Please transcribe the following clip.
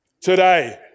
today